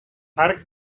arc